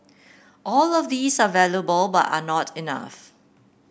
all of these are valuable but are not enough